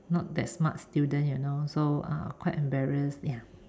not that smart student you know so uh quite embarrass ya